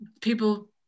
people